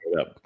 up